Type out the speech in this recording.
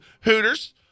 Hooters